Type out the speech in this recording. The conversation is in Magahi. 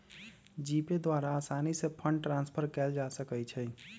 जीपे द्वारा असानी से फंड ट्रांसफर कयल जा सकइ छइ